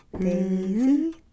Daisy